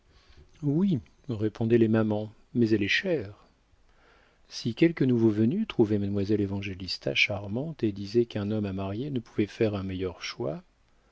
oui répondaient les mamans mais elle est chère si quelque nouveau venu trouvait mademoiselle évangélista charmante et disait qu'un homme à marier ne pouvait faire un meilleur choix